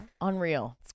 Unreal